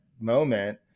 moment